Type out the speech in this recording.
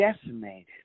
decimated